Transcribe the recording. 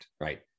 right